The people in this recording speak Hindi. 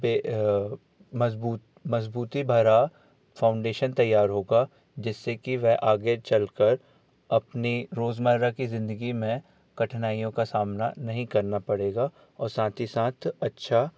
मजबूत मजबूती भरा फाउंडेशन तैयार होगा जिससे कि वे आगे चल कर अपने रोजमर्रा की जिंदगी में कठिनाइयों का सामना नहीं करना पड़ेगा और साथ ही साथ अच्छा